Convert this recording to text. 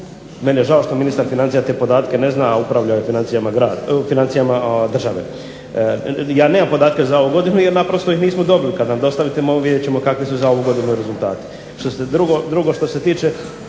Meni je žao što ministar financija te podatke ne zna, a upravljao je financijama države. Ja nemam podatke za ovu godinu jer naprosto ih nismo dobili. Kad nam dostavite vidjet ćemo kakvi su za ovu godinu rezultati. Drugo, što se tiče